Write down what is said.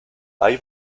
hay